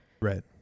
right